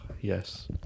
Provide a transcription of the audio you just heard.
Yes